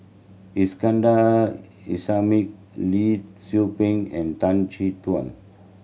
Iskandar Lee Tzu Pheng and Tan Chin Tuan